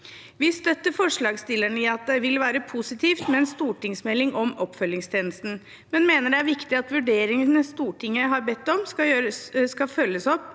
Vi støtter forslagsstillerne i at det vil være positivt med en stortingsmelding om oppfølgingstjenesten, men mener det er viktig at vurderingene Stortinget har bedt om, skal følges opp